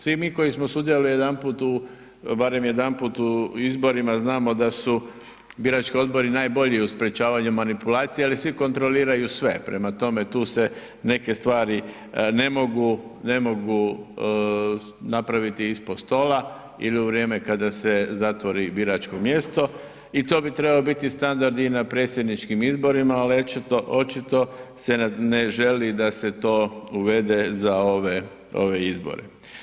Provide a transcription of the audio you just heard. Svi mi koji smo sudjelovali jedanput, barem jedanput u izborima znamo da su birački odbori najbolji u sprječavanju manipulacija ali svi kontroliraju sve, prema tome tu se neke stvari ne mogu napraviti ispod stola ili u vrijeme kada se zatvori biračko mjesto i to bi trebao biti i standard i na predsjedničkim izborima ali očito se ne želi da se to uvede za ove izbore.